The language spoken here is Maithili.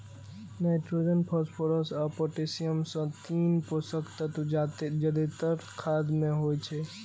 नाइट्रोजन, फास्फोरस आ पोटेशियम सन तीन पोषक तत्व जादेतर खाद मे होइ छै